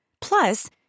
Plus